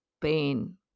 pain